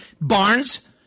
Barnes